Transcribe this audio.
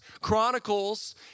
Chronicles